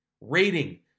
Rating